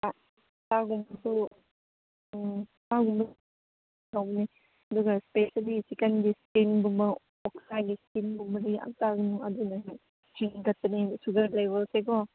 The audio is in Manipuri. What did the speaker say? ꯆꯥꯒꯨꯝꯕꯁꯨ ꯎꯝ ꯆꯥꯒꯨꯝꯕꯁꯨ ꯇꯧꯕꯅꯤ ꯑꯗꯨꯒ ꯏꯁꯄꯦꯛꯇꯗꯤ ꯆꯤꯀꯟꯒꯤ ꯏꯁꯀꯤꯟꯒꯨꯝꯕ ꯑꯣꯛꯁꯥꯒꯤ ꯏꯁꯀꯤꯟꯒꯨꯝꯕꯗꯤ ꯌꯥꯝ ꯆꯥꯒꯅꯨ ꯑꯗꯨꯅ ꯍꯦꯟꯒꯠꯄꯅꯤ ꯁꯨꯒꯔ ꯂꯩꯕꯁꯦꯀꯣ